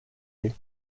you